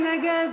מי נגד?